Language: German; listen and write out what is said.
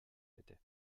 hätte